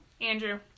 Andrew